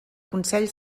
consell